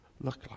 look